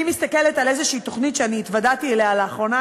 אני מסתכלת על איזו תוכנית שאני התוודעתי אליה לאחרונה,